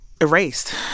Erased